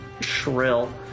shrill